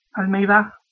Almeida